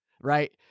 right